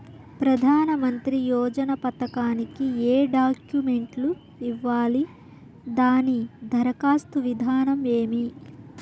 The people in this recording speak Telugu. ప్రధానమంత్రి యోజన పథకానికి ఏ డాక్యుమెంట్లు ఇవ్వాలి దాని దరఖాస్తు విధానం ఏమి